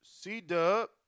C-Dub